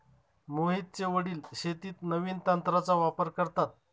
मोहितचे वडील शेतीत नवीन तंत्राचा वापर करतात